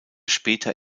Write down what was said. später